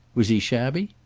was he shabby?